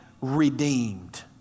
redeemed